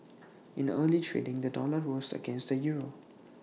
in early trading the dollar rose against the euro